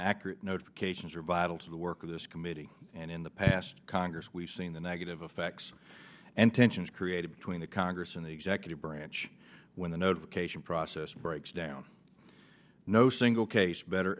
accurate notifications are vital to the work of this committee and in the past congress we've seen the negative effects and tensions created between the congress and the executive branch when the notification process breaks down no single case better